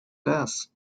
class